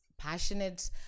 passionate